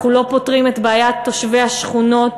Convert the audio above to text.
אנחנו לא פותרים את בעיית תושבי השכונות